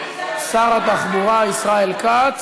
שר התחבורה ישראל כץ.